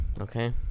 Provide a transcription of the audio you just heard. Okay